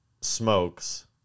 smokes